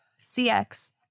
cx